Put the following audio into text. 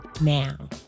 now